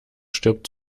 stirbt